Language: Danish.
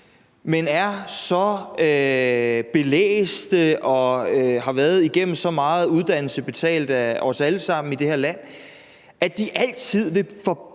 men er så belæste og har været igennem så meget uddannelse betalt af os alle sammen i det her land, at de altid vil forblive